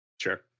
Sure